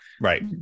Right